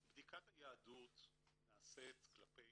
בדיקת יהדות נעשית לפי